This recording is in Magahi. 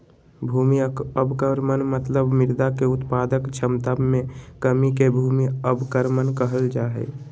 भूमि अवक्रमण मतलब मृदा के उत्पादक क्षमता मे कमी के भूमि अवक्रमण कहल जा हई